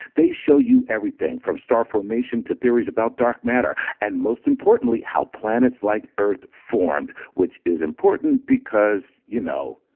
they show you everything from star formation to theories about dark matter, and most importantly, how planets like earth formed, which is important because, you know,